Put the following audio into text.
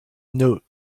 note